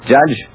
Judge